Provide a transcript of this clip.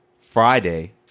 Friday